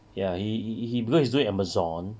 ya he blew his do amazon